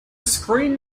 screen